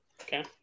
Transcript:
Okay